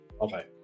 Okay